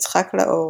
יצחק לאור,